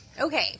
Okay